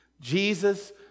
Jesus